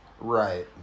Right